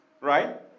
Right